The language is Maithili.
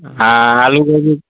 आ आलू गोभी